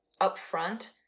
upfront